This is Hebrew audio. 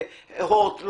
לא להוט,